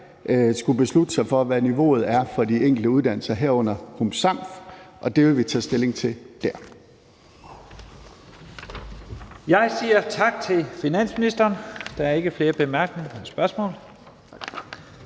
skulle beslutte sig for, hvad niveauet er for de enkelte uddannelser, herunder HUM/SAM, og det vil vi tage stilling til der. Kl. 11:02 Første næstformand (Leif Lahn Jensen): Jeg siger tak til finansministeren. Der er ikke flere bemærkninger eller spørgsmål.